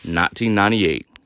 1998